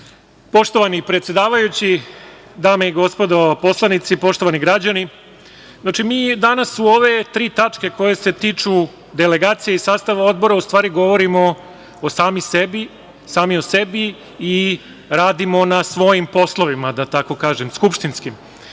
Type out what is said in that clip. Poštovani predsedavajući, dame i gospodo poslanici, poštovani građani, znači, mi danas u ove tri tačke koje se tiču delegacije i sastava odbora ustvari govorimo sami o sebi i radimo na svojim poslovima, da tako kažem, skupštinskim. Znači,